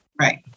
Right